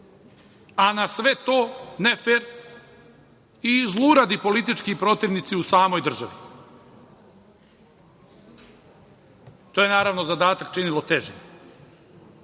Na sve to nefer i zluradi politički protivnici u samoj državi. To je naravno zadatak činilo težim.